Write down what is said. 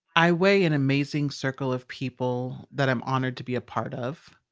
i weigh an amazing circle of people that i'm honored to be a part of.